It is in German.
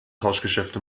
tauschgeschäfte